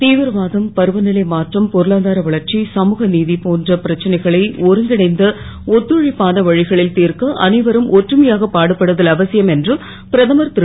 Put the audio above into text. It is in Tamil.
தீவிரவாதம் பருவ லை மாற்றம் பொருளாதார வளர்ச்சி சமுகநீ போன்ற பிரச்னைகளை ஒருங்கிணைந்த ஒத்துழைப்பான வ களில் தீர்க்க அனைவரும் ஒற்றுமையாக பாடுபடுதல் அவசியம் என்று பிரதமர் ரு